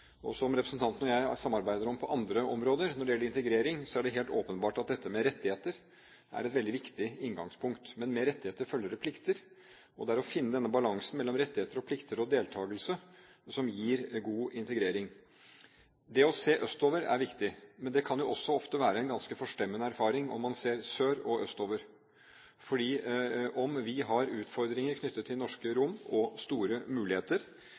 erfaring. Som representanten og jeg samarbeider om på andre områder når det gjelder integrering, er det helt åpenbart at dette med rettigheter er et veldig viktig inngangspunkt. Men med rettigheter følger det plikter. Og det er å finne denne balansen mellom rettigheter og plikter og deltakelse som gir god integrering. Det å se østover er viktig, men det kan også ofte være en ganske forstemmende erfaring om man ser sør- og østover, for om vi har utfordringer knyttet til den norske rombefolkningen, og store muligheter,